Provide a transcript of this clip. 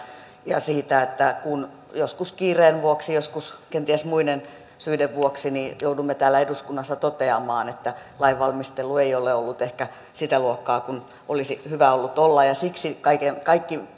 ja siitä että joskus kiireen vuoksi joskus kenties muiden syiden vuoksi joudumme täällä eduskunnassa toteamaan että lainvalmistelu ei ole ollut ehkä sitä luokkaa kuin olisi hyvä ollut olla ja siksi kaikki